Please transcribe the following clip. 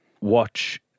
watch